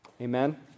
Amen